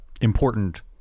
important